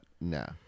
No